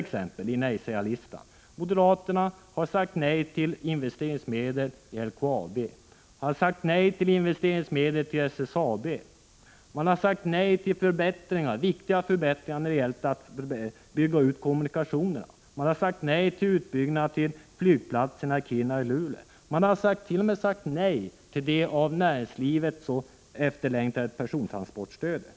Några exempel ur nejsägarlistan: Moderaterna har sagt nej — Prot. 1985/86:103 till investeringsmedel till LKAB, nej till investeringsmedel till SSAB, nej till 1 april 1986 viktiga förbättringar när de gällt att bygga ut kommunikationerna. Man har sagt nej till utbyggnad av flygplatserna i Kiruna och Luleå, man har t.o.m. RS sagt nej till det av näringslivet så efterlängtade persontransportstödet.